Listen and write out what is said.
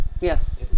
Yes